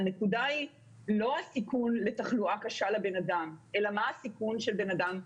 הנקודה היא לא הסיכון לתחלואה קשה לבן אדם אלא מה הסיכון שבן אדם יחלה,